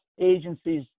agencies